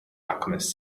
alchemist